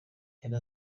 yari